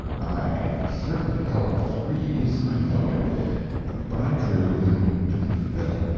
i certainly held threes i know it but i drew and didn't fill.